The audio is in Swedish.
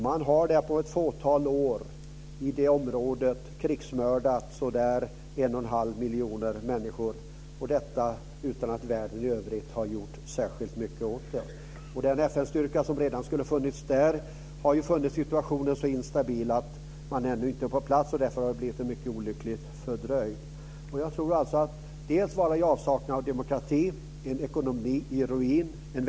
Man har på ett fåtal år i området krigsmördat ca 1 1⁄2 miljon människor, utan att världen i övrigt har gjort särskilt mycket åt förhållandena. Den FN-styrka som skulle ha kommit dit har funnit situationen så instabil att den ännu inte har kommit på plats. Det är en mycket olycklig fördröjning. Man är i avsaknad av demokrati och har en ekonomi i ruiner.